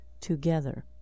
together